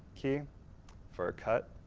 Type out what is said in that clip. key for cut,